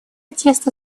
тесно